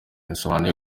yasobanuye